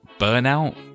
Burnout